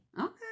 Okay